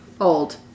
Old